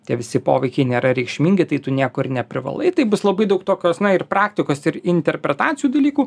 tie visi poveikiai nėra reikšmingi tai tu nieko ir neprivalai tai bus labai daug tokios na ir praktikos ir interpretacijų dalykų